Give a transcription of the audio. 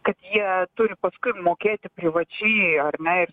kad jie turi paskui mokėti privačiai ar ne ir